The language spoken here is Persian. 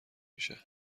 میشه